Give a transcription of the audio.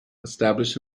established